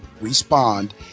respond